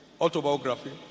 autobiography